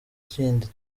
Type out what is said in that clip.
kindi